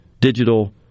digital